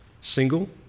single